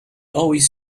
always